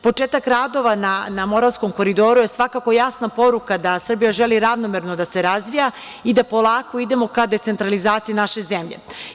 Početak radova na Moravskom koridoru je svakako jasna poruka da Srbija želi ravnomerno da se razvija i da polako idemo ka decentralizaciji naše zemlje.